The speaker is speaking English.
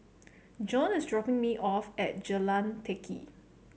John is dropping me off at Jalan Teck Kee